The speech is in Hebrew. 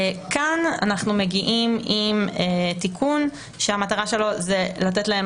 כאן אנחנו מגיעים עם תיקון שהמטרה שלו היא לתת להם